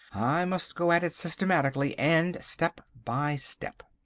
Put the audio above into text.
i must go at it systematically and step by step.